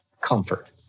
Comfort